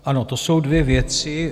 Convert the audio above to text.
Ano, to jsou dvě věci.